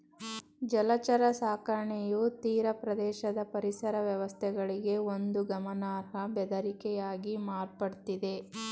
ಜಲಚರ ಸಾಕಣೆಯು ತೀರಪ್ರದೇಶದ ಪರಿಸರ ವ್ಯವಸ್ಥೆಗಳಿಗೆ ಒಂದು ಗಮನಾರ್ಹ ಬೆದರಿಕೆಯಾಗಿ ಮಾರ್ಪಡ್ತಿದೆ